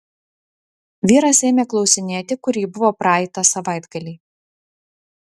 vyras ėmė klausinėti kur ji buvo praeitą savaitgalį